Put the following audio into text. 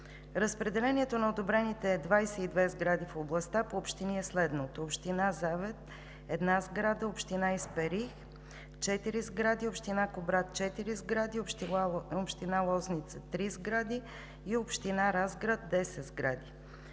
Разпределението на одобрените 22 сгради в областта по общини е следното: община Завет – една сграда; община Исперих – четири сгради; община Кубрат – четири сгради; община Лозница – три сгради, и община Разград – 10 сгради.